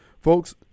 Folks